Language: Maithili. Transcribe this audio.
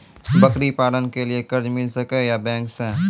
बकरी पालन के लिए कर्ज मिल सके या बैंक से?